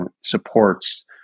supports